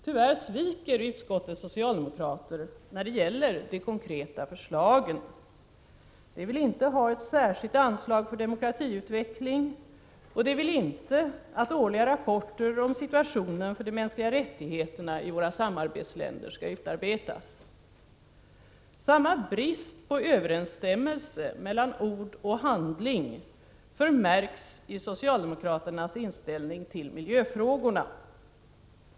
Tyvärr sviker utskottets socialdemokrater när det gäller de konkreta förslagen. De vill inte ha ett särskilt anslag för demokratiutveckling, och de vill inte att årliga rapporter om situationen för de mänskliga rättigheterna i våra samarbetsländer skall utarbetas. Samma brist på överensstämmelse mellan ord och handling förmärks i socialdemokraternas inställning till miljöfrågorna.